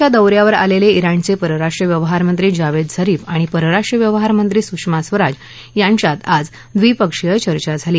भारताच्या दौ यावर आलेले जिणचे परराष्ट्र व्यवहार मंत्री जावेद झरीफ आणि परराष्ट्र व्यवहार मंत्री सुषमा स्वराज यांच्यात आज द्विपक्षीय चर्चा झाली